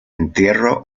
entierro